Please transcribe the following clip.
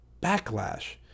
backlash